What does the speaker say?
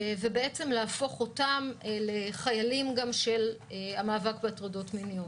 ובעצם להפוך אותם לחיילים של המאבק בהטרדות מיניות.